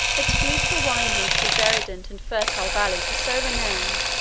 its beautiful windings through verdant and fertile valleys were so renowned,